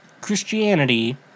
Christianity